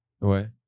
Ouais